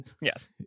Yes